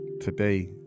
today